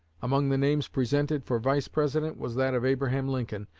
among the names presented for vice-president was that of abraham lincoln,